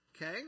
Okay